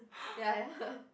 ya ya